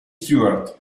stewart